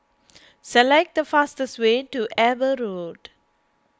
select the fastest way to Eber Road